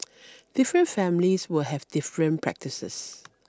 different families will have different practices